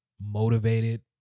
motivated